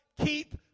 Keep